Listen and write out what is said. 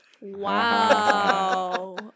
Wow